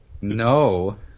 no